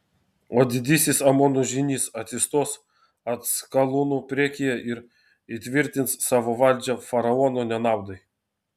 o didysis amono žynys atsistos atskalūnų priekyje ir įtvirtins savo valdžią faraono nenaudai